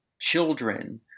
children